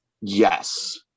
Yes